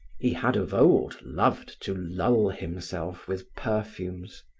he had of old loved to lull himself with perfumes.